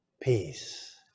peace